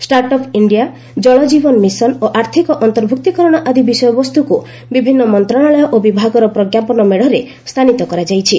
start up India ଜଳ ଜୀବନ mission ଓ ଆର୍ଥିକ ଅନ୍ତର୍ଭୁକ୍ତୀକରଣ ଆଦି ବିଷୟବସ୍ତୁକୁ ବିଭିନ୍ନ ମନ୍ତ୍ରଣାଳୟ ଓ ବିଭାଗର ପ୍ରଜ୍ଞାପନ ମେଢ଼ରେ ସ୍ଥାନିତ କରାଯାଇଛି